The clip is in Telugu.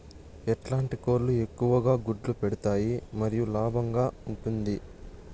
ఎట్లాంటి కోళ్ళు ఎక్కువగా గుడ్లు పెడతాయి మరియు లాభంగా ఉంటుంది?